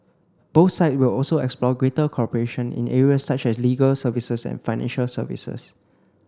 both side will also explore greater cooperation in areas such as legal services and financial services